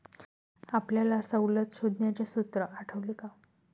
आपल्याला सवलत शोधण्याचे सूत्र आठवते का?